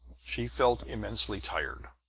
she felt immensely tired.